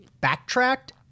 backtracked